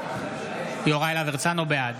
בעד